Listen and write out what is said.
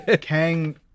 Kang